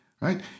right